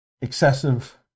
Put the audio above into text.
excessive